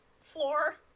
floor